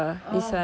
oh